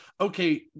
okay